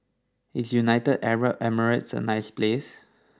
is United Arab Emirates a nice place